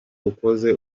ukoze